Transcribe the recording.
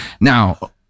Now